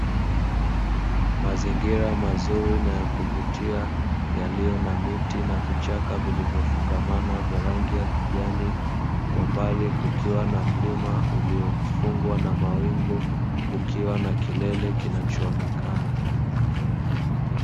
Mazingira mazuri na yakuvutia yaliyo na miti na vichaka vilivyofungamana vya rangi ya kijani kwa mbali kukiwa na mlima uliofungwa na mawingu kukiwa na kilele kinacho onekana.